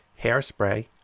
hairspray